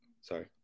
Sorry